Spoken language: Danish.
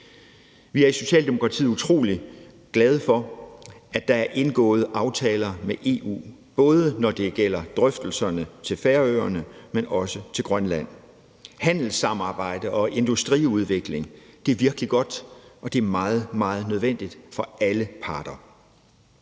Vi er i Socialdemokratiet utrolig glade for, at der er indgået aftaler med EU, både når det gælder drøftelserne, hvad angår Færøerne, men også hvad angår Grønland. Handelssamarbejde og industriudvikling er virkelig godt, og det er meget, meget nødvendigt for alle parter.